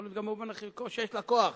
יכול להיות גם במובן שיש לה כוח